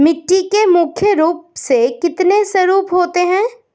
मिट्टी के मुख्य रूप से कितने स्वरूप होते हैं?